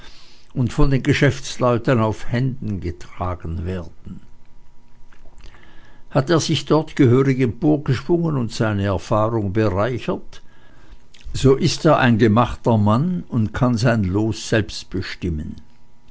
und von den geschäftsleuten auf händen getragen werden hat er dort sich gehörig emporgeschwungen und seine erfahrung bereichert so ist er ein gemachter mann und kann sein los selbst bestimmen